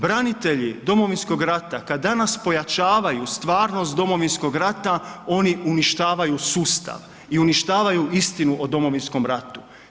Branitelji domovinskog rata kad danas pojačavaju stvarnost domovinskog rata, oni uništavaju sustav i uništavaju istinu o domovinskom ratu.